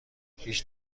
هیچ